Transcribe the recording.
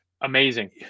Amazing